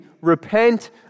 repent